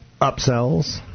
upsells